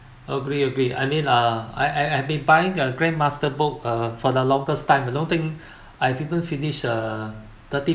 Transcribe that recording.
agree agree I mean uh I I I've been buying their grandmaster book uh for the longest time I don't think I even finished uh thirty